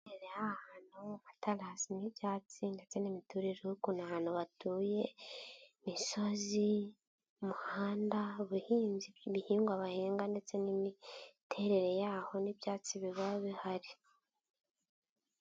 Ahantu mu matarasi n'ibyatsi ndetse n'imiturire y'ukuntu ahantu hatuye imisozi umuhanda ubuhinzi ibihingwa bahinga ndetse n'imiterere yaho n'ibyatsi biba bihari.